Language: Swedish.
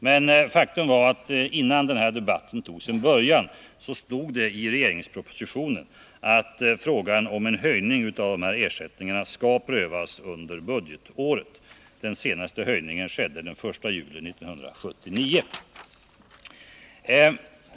Men faktum är att innan denna debatt tog sin början stod det i regeringspropositionen att frågan om en höjning av dessa ersättningar skall prövas under budgetåret. Den senaste höjningen skedde den 1 juli 1979.